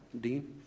Dean